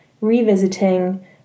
revisiting